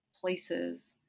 places